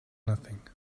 nothing